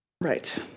Right